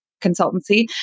consultancy